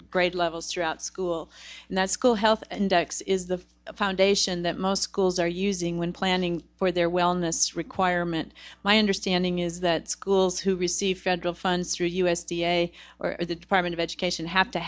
grade levels throughout school and that school health and is the foundation that most schools are using when planning for their wellness requirement my understanding is that schools who receive federal funds through u s d a or the department of education have to